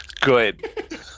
Good